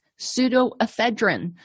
pseudoephedrine